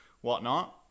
whatnot